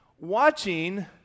watching